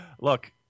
Look